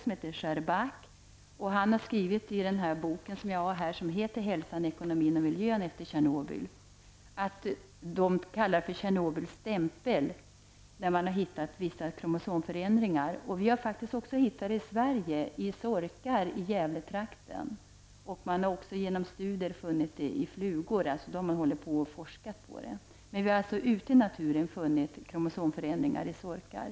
Han heter Shscherbak och har skrivit i boken ''Hälsan, ekonomin och miljön efter Tjernobyl''. Det kallas för Tjernobyls stämpel. Man har hittat vissa kromosomförändringar. Vi har faktiskt också hittat kromosomförändringar i sorkar i Gävletrakten. Vid forskningar har man också konstaterat att det funnits i flugor. Ute i naturen har man alltså funnit kromosomförändringar i sorkar.